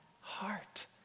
heart